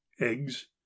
Eggs